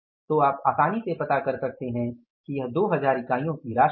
तो आप आसानी से पता कर सकते हैं कि यह 2000 इकाइयों की राशि है